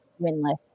winless